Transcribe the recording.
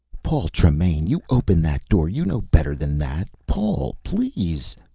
paul tremaine, you open that door. you know better than that. paul, please!